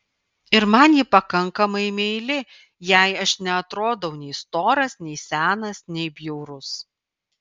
ir man ji pakankamai meili jai aš neatrodau nei storas nei senas nei bjaurus